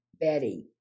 Betty